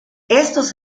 estos